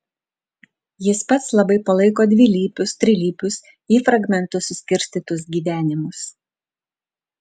jis pats labai palaiko dvilypius trilypius į fragmentus suskirstytus gyvenimus